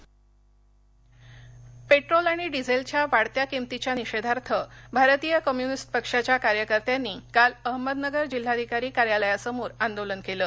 आंदोलन पेट्टोल आणि डिझेलच्या वाढत्या किमतीच्या निषेधार्थ भारतीय कम्यूनिस्ट पक्षाच्या कार्यकर्त्यांनी काल अहमदनगर जिल्हाधिकारी कार्यालया समोर आंदोलन केलं